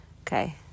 Okay